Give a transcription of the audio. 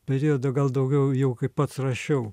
periodą gal daugiau jau kaip pats rašiau